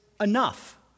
enough